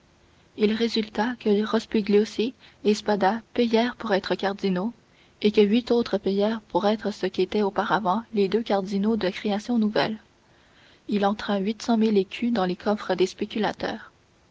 il résulta que rospigliosi et spada payèrent pour être cardinaux et que huit autres payèrent pour être ce qu'étaient auparavant les deux cardinaux de création nouvelle il entra huit cent mille écus dans les coffres des spéculateurs